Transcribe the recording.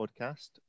podcast